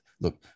Look